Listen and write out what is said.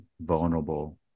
vulnerable